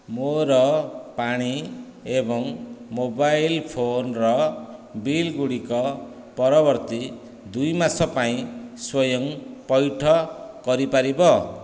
ମୋର ପାଣି ଏବଂ ମୋବାଇଲ ଫୋନ୍ର ବିଲଗୁଡ଼ିକ ପରବର୍ତ୍ତୀ ଦୁଇ ମାସ ପାଇଁ ସ୍ଵୟଂ ପଇଠ କରିପାରିବ